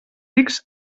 rics